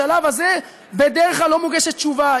בשלב הזה בדרך כלל לא מוגשת תשובה,